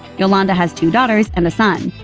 yolanda has two daughters and son,